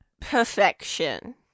perfection